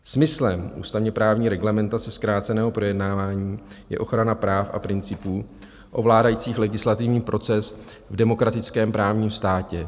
Smyslem ústavněprávní reglementace zkráceného projednávání je ochrana práv a principů ovládajících legislativní proces v demokratickém právním státě.